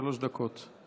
שלוש דקות.